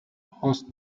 hausse